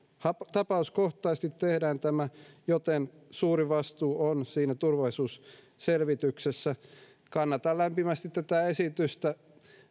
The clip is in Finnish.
tapauskohtaisesti tehdään tämä joten suuri vastuu on siinä turvallisuusselvityksessä kannatan lämpimästi tätä esitystä